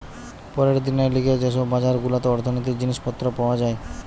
পরের দিনের লিগে যে সব বাজার গুলাতে অর্থনীতির জিনিস পত্র পাওয়া যায়